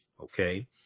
Okay